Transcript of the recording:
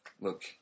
look